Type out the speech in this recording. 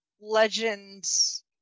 legends